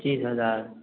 पचीस हजार